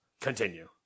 Continue